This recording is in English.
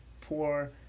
poor